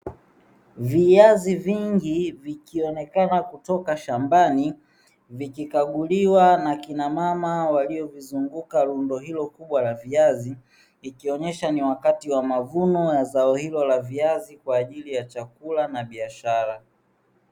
Viazi vingi vikionekana kutoka shambani vikikaguliwa na kinamama walio vizunguka rundo hilo kubwa la viazi ikionyesha ni wakati wa mavuno ya zao hilo la viazi kwa ajili ya chakula na biashara.